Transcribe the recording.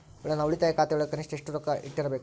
ನನ್ನ ಉಳಿತಾಯ ಖಾತೆಯೊಳಗ ಕನಿಷ್ಟ ಎಷ್ಟು ರೊಕ್ಕ ಇಟ್ಟಿರಬೇಕು?